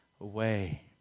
away